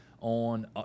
on